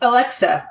Alexa